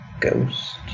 Ghost